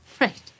Right